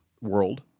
world